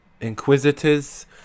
inquisitors